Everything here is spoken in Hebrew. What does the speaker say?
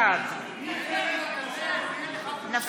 בעד נפתלי בנט,